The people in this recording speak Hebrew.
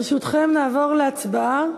ברשותכם, נעבור להצבעה.